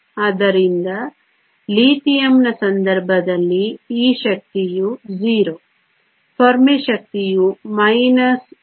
ಆದ್ದರಿಂದ ಲಿಥಿಯಂನ ಸಂದರ್ಭದಲ್ಲಿ ಈ ಶಕ್ತಿಯು 0 ಫೆರ್ಮಿ ಶಕ್ತಿಯು ಮೈನಸ್ 2